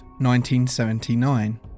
1979